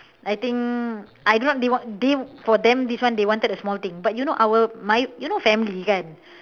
I think I do not they want they for them this one they wanted a small thing but you know our my you know family kan